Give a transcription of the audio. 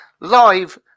live